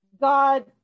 God